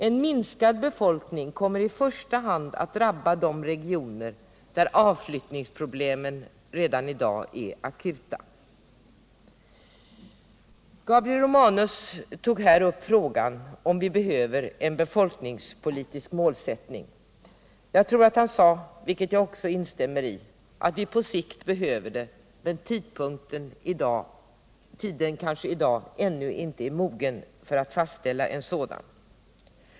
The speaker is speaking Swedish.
En minskning av befolkningen kommer i första hand att drabba de regioner där utflyttningsproblemen redan i dag är akuta. Gabriel Romanus tog här upp frågan om vi behöver en befolkningspolitisk målsättning. Jag tror att han sade, vilket jag också instämmer i, att vi på sikt behöver det, men att tiden i dag kanske ännu inte är mogen för att fastställa en sådan.